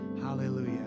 Hallelujah